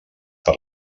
per